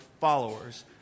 followers